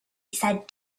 said